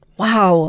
wow